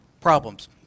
problems